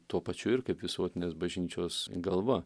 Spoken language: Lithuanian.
tuo pačiu ir kaip visuotinės bažnyčios galva